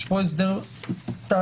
יש פה הסדר חדש.